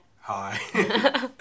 Hi